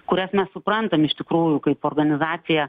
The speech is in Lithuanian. kurias mes suprantam iš tikrųjų kaip organizacija